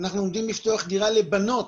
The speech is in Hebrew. אנחנו עומדים לפתוח דירה לבנות